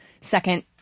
second